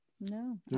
No